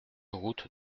route